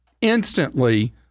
instantly